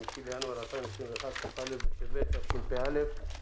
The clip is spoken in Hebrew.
5 בינואר 2021, כ"א בטבת התשפ"א.